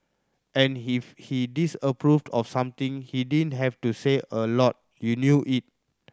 and if he disapproved of something he didn't have to say a lot you knew it